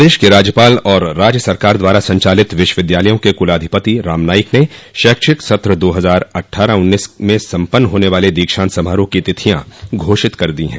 प्रदेश के राज्यपाल और राज्य सरकार द्वारा संचालित विश्वविद्यालयों के कुलाधिपति रामनाईक ने शैक्षिक सत्र दो हजार अट्ठारह उन्नीस में सम्पन्न होने वाले दीक्षांत समारोह की तिथियां घोषित कर दी हैं